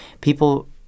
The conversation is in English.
People